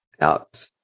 out